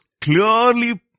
clearly